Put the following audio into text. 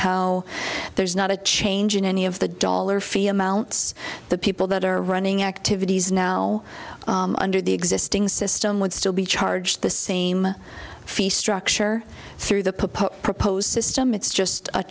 how there's not a change in any of the dollar fee amounts the people that are running activities now under the existing system would still be charged the same fees structure through the proposed system it's just a